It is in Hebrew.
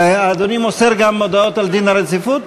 אדוני מוסר גם הודעות על דין הרציפות?